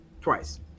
twice